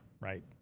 right